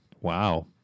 wow